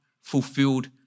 fulfilled